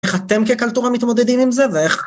איך אתם כקלטורה מתמודדים עם זה ואיך...